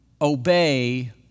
obey